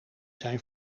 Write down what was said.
zijn